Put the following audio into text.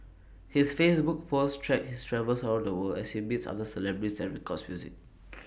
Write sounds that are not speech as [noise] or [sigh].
his Facebook posts track his travels around the world as he meets other celebrities and records music [noise]